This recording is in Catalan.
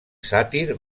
sàtir